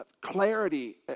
clarity